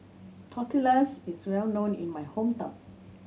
tortillas is well known in my hometown